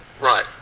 Right